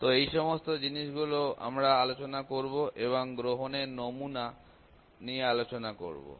সুতরাং এই সমস্ত জিনিস গুলো আমরা আলোচনা করব এবং গ্রহণের নমুনা আলোচনা করব